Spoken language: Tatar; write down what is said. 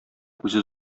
үзе